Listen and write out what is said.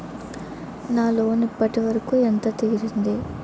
నా లోన్ ఇప్పటి వరకూ ఎంత తీరింది?